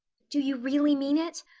do you really mean it?